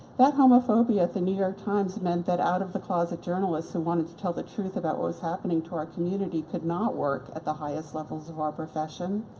that homophobia at the new york times meant that out of the closet journalists who wanted to tell the truth about what was happening to our community could not work at the highest levels of our profession,